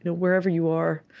and wherever you are,